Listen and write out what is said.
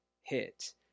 hit